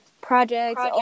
projects